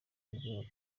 mujyi